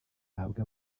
ahabwa